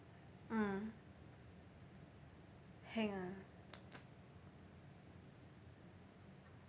mm heng ah